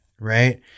Right